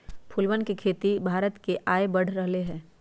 फूलवन के खेती से भारत के आय बढ़ रहले है